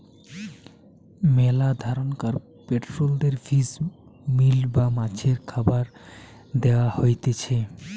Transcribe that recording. মেলা ধরণকার পোল্ট্রিদের ফিশ মিল বা মাছের খাবার দেয়া হতিছে